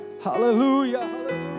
Hallelujah